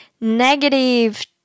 negative